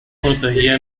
protegida